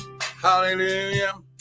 Hallelujah